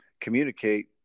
communicate